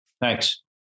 Thanks